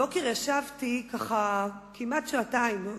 הבוקר ישבתי כמעט שעתיים,